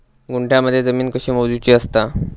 गुंठयामध्ये जमीन कशी मोजूची असता?